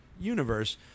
universe